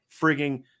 frigging